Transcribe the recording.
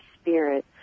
spirit